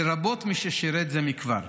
לרבות מי ששירת זה מכבר.